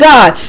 God